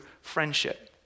friendship